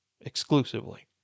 exclusively